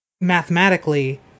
mathematically